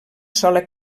sola